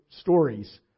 stories